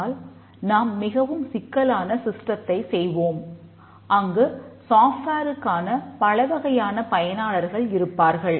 ஆனால் நாம் மிகவும் சிக்கலான சிஸ்டத்தை செய்வோம் அங்கு சாஃப்ட்வேருக்கான பலவகையான பயனாளர்கள் இருப்பார்கள்